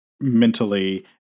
mentally